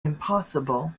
impossible